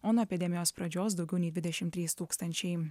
o nuo epidemijos pradžios daugiau nei dvidešim trys tūkstančiai